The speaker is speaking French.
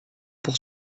pour